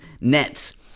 nets